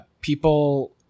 people